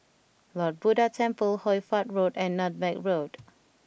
Lord Buddha Temple Hoy Fatt Road and Nutmeg Road